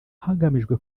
hagamijwe